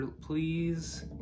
please